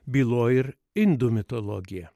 byloja ir indų mitologija